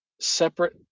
separate